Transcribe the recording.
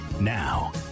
Now